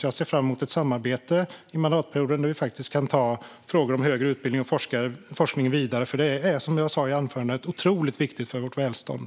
Jag ser fram emot ett samarbete under mandatperioden där vi kan ta frågor om högre utbildning och forskning vidare, för det är, som jag sa i mitt huvudanförande, otroligt viktigt för vårt välstånd.